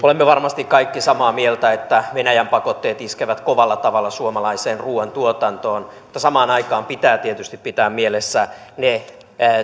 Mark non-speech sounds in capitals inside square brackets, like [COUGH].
[UNINTELLIGIBLE] olemme varmasti kaikki samaa mieltä että venäjän pakotteet iskevät kovalla tavalla suomalaiseen ruuantuotantoon mutta samaan aikaan pitää tietysti pitää mielessä ne